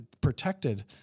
protected